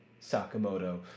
Sakamoto